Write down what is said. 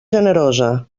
generosa